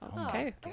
Okay